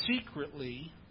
secretly